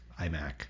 iMac